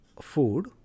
food